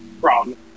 problem